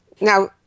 Now